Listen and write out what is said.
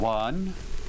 one